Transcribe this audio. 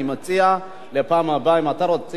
אם אתה רוצה להציג הצעת חוק תהיה נוכח כאן.